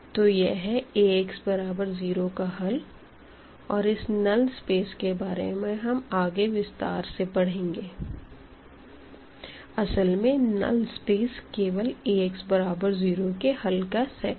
तो यह है Ax0 का हल और इस नल्ल स्पेस के बारे में हम आगे विस्तार से पढ़ेंगे असल में नल्ल स्पेस केवल Ax0 के हल का सेट है